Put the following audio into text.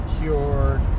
cured